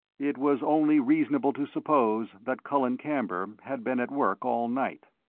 it was only reasonable to suppose that colin camber had been at work all night.